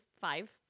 five